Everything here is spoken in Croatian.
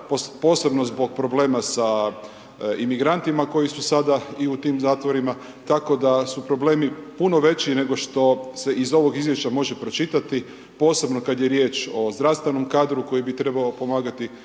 posebno zbog problema sa i migrantima koji su sada i u tim zatvorima, tako da su problemi puno veći nego što se iz ovog izvješća može pročitati posebno kad je riječ o zdravstvenom kadru koji bi trebao pomagati,